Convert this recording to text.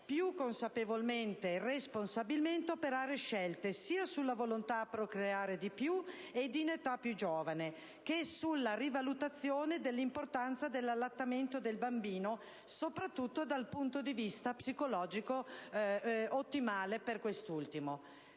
più consapevolmente e responsabilmente operare scelte sia rispetto alla possibilità di procreare di più ed in età più giovane, che sulla rivalutazione dell'importanza dell'allattamento del bambino, soprattutto dal punto di vista psicologico, ottimale per quest'ultimo.